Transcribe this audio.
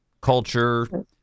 culture